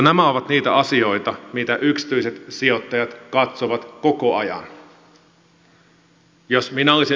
nämä ovat niitä asioita mitä yksityiset sijoittajat katsovat koko ajan